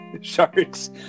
sharks